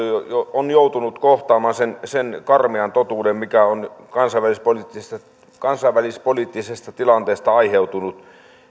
ovat joutuneet kohtaamaan sen sen karmean totuuden mikä on kansainvälispoliittisesta kansainvälispoliittisesta tilanteesta aiheutunut